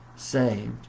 saved